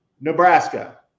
Nebraska